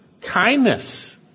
Kindness